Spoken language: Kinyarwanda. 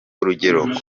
urugero